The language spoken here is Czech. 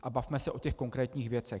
A bavme se o těch konkrétních věcech.